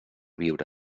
viure